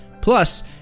Plus